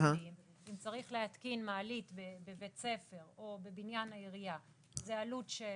אם צריך להתקין מעלית בבית ספר או בבניין העירייה זאת עלות של